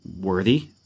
worthy